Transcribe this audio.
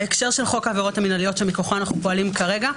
בהקשר של חוק העבירות המנהליות שמכוחו אנחנו פועלים כרגע,